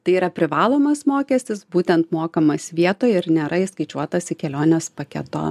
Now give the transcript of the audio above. tai yra privalomas mokestis būtent mokamas vietoj ir nėra įskaičiuotas į kelionės paketo